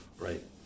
right